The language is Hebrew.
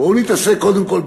בואו נתעסק קודם כול,